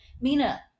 Mina